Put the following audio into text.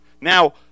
Now